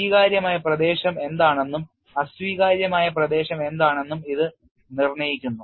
സ്വീകാര്യമായ പ്രദേശം എന്താണെന്നും അസ്വീകാര്യമായ പ്രദേശം എന്താണെന്നും ഇത് നിർണ്ണയിക്കുന്നു